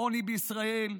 העוני בישראל,